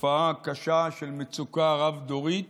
תופעה קשה של מצוקה רב-דורית